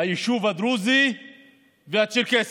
היישוב הדרוזי והצ'רקסי.